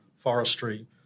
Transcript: forestry